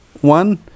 one